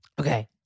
Okay